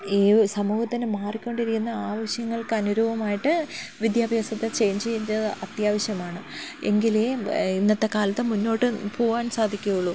ഈ സമൂഹം തന്നെ മാറിക്കൊണ്ടിരിക്കുന്ന ആവശ്യങ്ങൾക്ക് അനുരൂപമായിട്ട് വിദ്യാഭ്യാസത്തെ ചേഞ്ച് ചെയ്യേണ്ടത് അത്യാവശ്യമാണ് എങ്കിലേ ഇന്നത്തെ കാലത്ത് മുന്നോട്ട് പോവാൻ സാധിക്കുകയുള്ളൂ